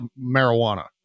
marijuana